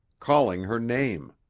calling her name.